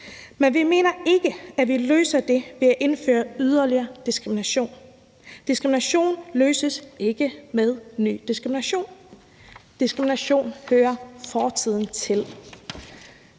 Men vi mener ikke, at vi løser det ved at indføre yderligere diskrimination. Diskrimination løses ikke med ny diskrimination. Diskrimination hører fortiden til.